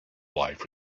life